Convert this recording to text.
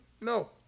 No